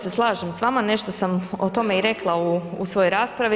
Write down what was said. se slažem s vama, nešto sam o tome i rekla u svojoj raspravi.